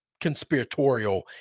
conspiratorial